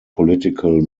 political